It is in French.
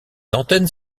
antennes